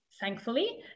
thankfully